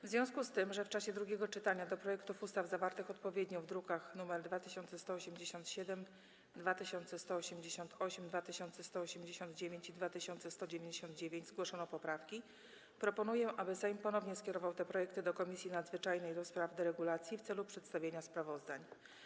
W związku z tym, że w czasie drugiego czytania do projektów ustaw zawartych odpowiednio w drukach nr 2187, 2188, 2189 i 2199 zgłoszono poprawki, proponuję, aby Sejm ponownie skierował te projekty do Komisji Nadzwyczajnej do spraw deregulacji w celu przedstawienia sprawozdań.